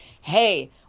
hey